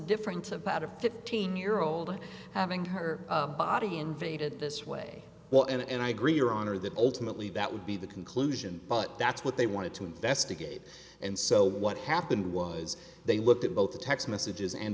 difference about a fifteen year old and having her body invaded this way well and i agree your honor that ultimately that would be the conclusion but that's what they wanted to investigate and so what happened was they looked at both the text messages and